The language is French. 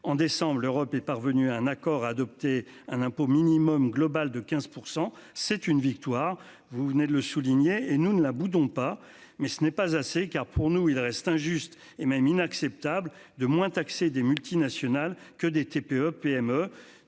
en décembre, l'Europe est parvenu à un accord adopté un impôt minimum global de 15%. C'est une victoire. Vous venez de le souligner et nous ne la boudons pas mais ce n'est pas assez car pour nous, il reste injuste et même inacceptable de moins taxer des multinationales que des TPE-PME